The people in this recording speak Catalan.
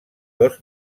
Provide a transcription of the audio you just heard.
dos